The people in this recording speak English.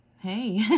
Hey